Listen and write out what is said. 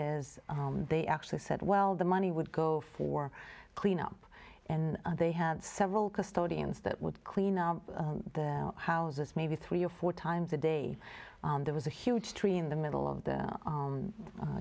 is they actually said well the money would go for cleanup and they had several custodians that would clean out the houses maybe three or four times a day and there was a huge tree in the middle of the